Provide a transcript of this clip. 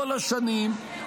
כל השנים,